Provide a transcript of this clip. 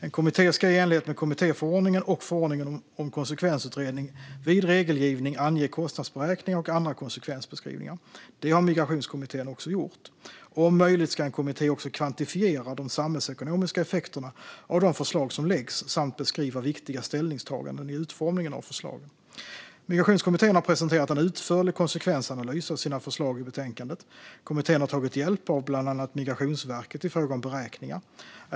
En kommitté ska i enlighet med kommittéförordningen och förordningen om konsekvensutredning vid regelgivning ange kostnadsberäkningar och andra konsekvensbeskrivningar. Det har Migrationskommittén också gjort. Om möjligt ska en kommitté också kvantifiera de samhällsekonomiska effekterna av de förslag som läggs fram samt beskriva viktiga ställningstaganden i utformningen av förslagen. Migrationskommittén har presenterat en utförlig konsekvensanalys av sina förslag i betänkandet. Kommittén har tagit hjälp av bland annat Migrationsverket i fråga om beräkningar.